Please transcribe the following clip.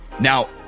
Now